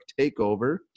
takeover